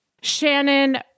Shannon